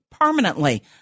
permanently